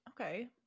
Okay